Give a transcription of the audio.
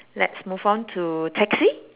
let's move on to taxi